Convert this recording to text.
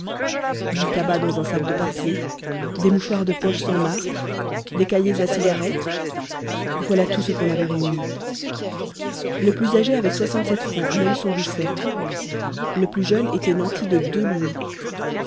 du tabac dans un sac de papier des mouchoirs de poche sans marque des cahiers à cigarettes voilà tout ce qu'on avait réuni le plus âgé avait soixante-sept francs à même son gousset le plus jeune était nanti de deux louis